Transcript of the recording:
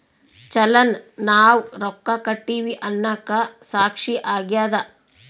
ಚಲನ್ ನಾವ್ ರೊಕ್ಕ ಕಟ್ಟಿವಿ ಅನ್ನಕ ಸಾಕ್ಷಿ ಆಗ್ಯದ